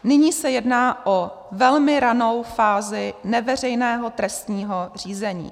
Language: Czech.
Nyní se jedná o velmi ranou fázi neveřejného trestního řízení.